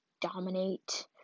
dominate